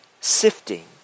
sifting